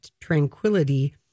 tranquility